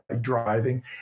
driving